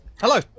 Hello